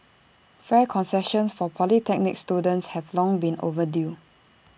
fare concessions for polytechnic students have long been overdue